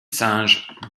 singes